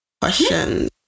questions